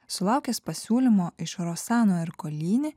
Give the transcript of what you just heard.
sulaukęs pasiūlymo iš rosano erkolini